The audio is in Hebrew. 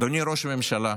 אדוני ראש הממשלה.